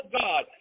God